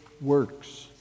works